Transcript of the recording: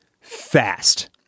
fast